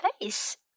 place